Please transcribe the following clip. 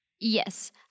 Yes